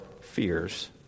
fears